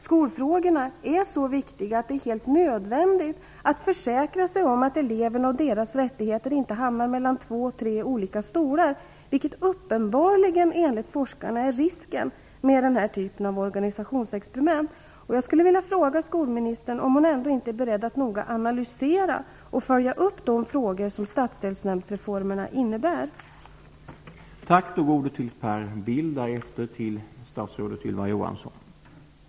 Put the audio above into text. Skolfrågorna är så viktiga att det är helt nödvändigt att försäkra sig om att eleverna och deras rättigheter inte hamnar mellan två eller tre olika stolar, vilket uppenbarligen enligt forskarna är risken med den här typen av organisationsexperiment. Jag skulle vilja fråga skolministern om hon ändå inte är beredd att noga analysera och följa upp de frågor som stadsdelsnämndsreformerna aktualiserar.